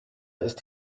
ist